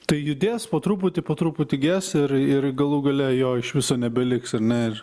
tai judės po truputi po truputį ges ir ir galų gale jo iš viso nebeliks ar ne ir